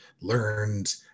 learned